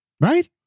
Right